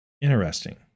Interesting